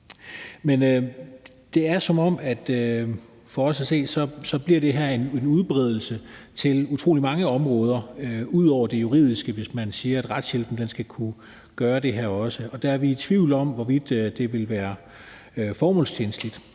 er det, som om det her bliver en udbredelse til utrolig mange områder ud over det juridiske, hvis man siger, at retshjælpen også skal kunne gøre det her. Der er vi i tvivl om, hvorvidt det vil være formålstjenligt.